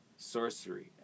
sorcery